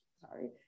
sorry